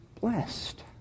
blessed